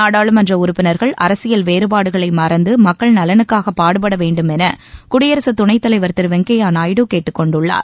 நாடாளுமன்ற உறுப்பினர்கள் அரசியல் வேறுபாடுகளை மறந்து மக்கள் நலனுக்காக பாடுபட வேண்டும் என குடியரசு துணைத் தலைவர் திரு வெங்கய்ய நாயுடு கேட்டுக் கொண்டுள்ளார்